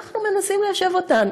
אנחנו מנסים ליישב אותן,